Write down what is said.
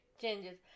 changes